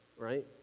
right